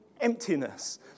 emptiness